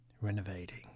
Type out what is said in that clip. Renovating